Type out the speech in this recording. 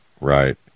Right